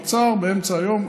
הוא עצר באמצע היום,